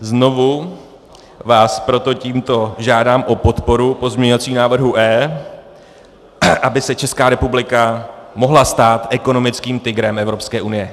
Znovu vás proto tímto žádám o podporu pozměňovacího návrhu E, aby se Česká republika mohla stát ekonomickým tygrem Evropské unie.